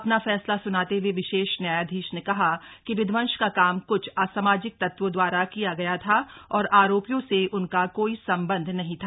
अपना फैसला सुनाते हए विशेष न्यायाधीश ने कहा कि विध्वंस का काम कुछ असामाजिक तत्वों द्वारा किया गया था और आरोपियों से उनका कोई संबंध नहीं था